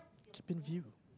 keep in view